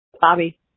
Bobby